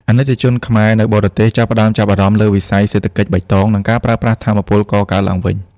អាណិកជនខ្មែរ នៅបរទេសចាប់ផ្ដើមចាប់អារម្មណ៍លើវិស័យ "សេដ្ឋកិច្ចបៃតង" និងការប្រើប្រាស់ថាមពលកកើតឡើងវិញ។